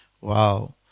Wow